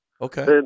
Okay